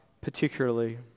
particularly